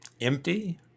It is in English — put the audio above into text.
Empty